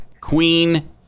Queen